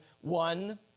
one